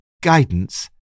guidance